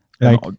like-